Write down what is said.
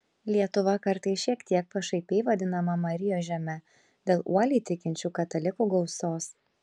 lietuva kartais šiek tiek pašaipiai vadinama marijos žeme dėl uoliai tikinčių katalikų gausos